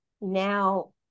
now